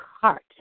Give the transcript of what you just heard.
heart